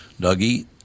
Dougie